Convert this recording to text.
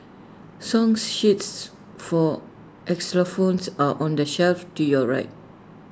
song sheets for xylophones are on the shelf to your right